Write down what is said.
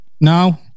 no